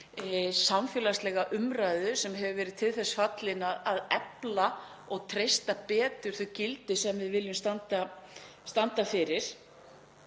samfélagslega umræðu sem hefur verið til þess fallin að efla og treysta betur þau gildi sem við viljum standa fyrir.